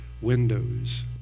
windows